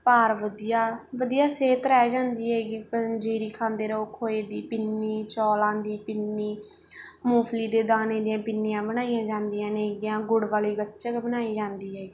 ਭਾਰ ਵਧੀਆ ਵਧੀਆ ਸਿਹਤ ਰਹਿ ਜਾਂਦੀ ਹੈਗੀ ਪੰਜੀਰੀ ਖਾਂਦੇ ਰਹੋ ਖੋਏ ਦੀ ਪਿੰਨੀ ਚੌਲਾਂ ਦੀ ਪਿੰਨੀ ਮੂੰਗਫਲੀ ਦੇ ਦਾਣੇ ਦੀਆਂ ਪਿੰਨੀਆਂ ਬਣਾਈਆਂ ਜਾਂਦੀਆਂ ਨੇ ਗੀਆਂ ਗੁੜ ਵਾਲੀ ਗੱਚਕ ਬਣਾਈ ਜਾਂਦੀ ਹੈਗੀ